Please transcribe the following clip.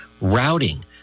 routing